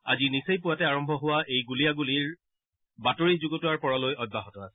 আজি নিচেই পুৱাতে আৰম্ভ হোৱা এই গুলিয়াগুলী বাতৰি যুগুটোৱাৰ পৰলৈ অব্যাহ আছে